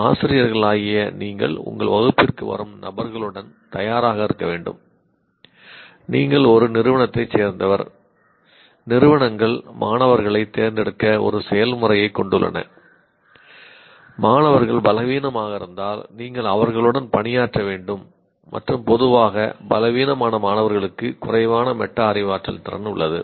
ஆசிரியர்களாகிய நீங்கள் உங்கள் வகுப்பிற்கு வரும் நபர்களுடன் தயாராக இருக்க வேண்டும் நீங்கள் ஒரு நிறுவனத்தைச் சேர்ந்தவர் நிறுவனங்கள் மாணவர்களை தேர்ந்தெடுக்க ஒரு செயல்முறையைக் கொண்டுள்ளன மாணவர்கள் பலவீனமாக இருந்தால் நீங்கள் அவர்களுடன் பணியாற்ற வேண்டும் மற்றும் பொதுவாக பலவீனமான மாணவர்களுக்கு குறைவான மெட்டா அறிவாற்றல் திறன் உள்ளது